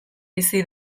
bizi